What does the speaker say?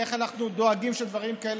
איך אנחנו דואגים שדברים כאלה,